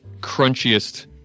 crunchiest